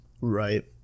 Right